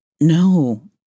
No